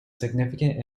significant